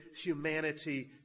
humanity